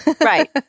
Right